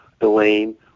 Elaine